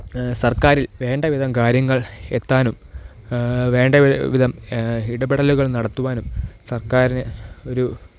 സര്ക്കാരില് വേണ്ടവിധം കാര്യങ്ങള് എത്താനും വേണ്ട വിധം ഇടപെടലുകള് നടത്തുവാനും സര്ക്കാരിന് ഒരു